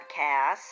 podcast